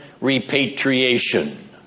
repatriation